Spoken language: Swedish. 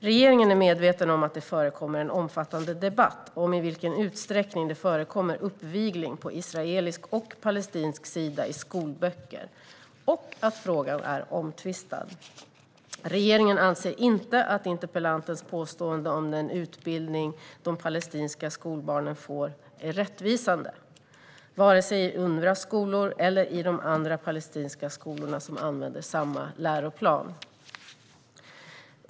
Regeringen är medveten om att det förekommer en omfattande debatt om i vilken utsträckning det förekommer uppvigling på israelisk och palestinsk sida i skolböcker och att frågan är omtvistad. Regeringen anser inte att interpellantens påståenden om den utbildning de palestinska skolbarnen får är rättvisande, vare sig i Unrwas skolor eller i de andra palestinska skolor som använder samma läroplan.